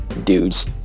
Dudes